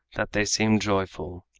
that they seemed joyful,